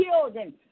children